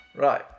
Right